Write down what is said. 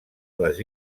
les